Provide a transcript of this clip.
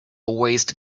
waste